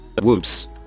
whoops